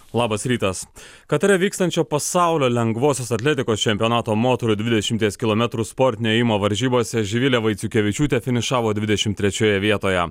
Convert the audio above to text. labas rytas katare vykstančio pasaulio lengvosios atletikos čempionato moterų dvidešimties kilometrų sportinio ėjimo varžybose živilė vaiciukevičiūtė finišavo dvidešim trečioje vietoje